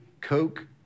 Coke